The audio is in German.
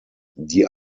die